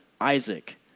Isaac